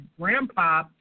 grandpa